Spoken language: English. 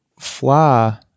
fly